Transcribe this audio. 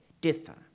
differ